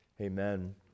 Amen